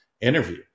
interview